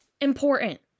Important